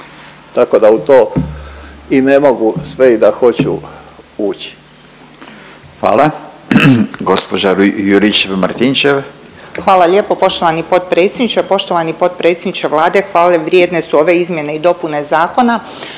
tako da u to i ne mogu sve i da hoću ući.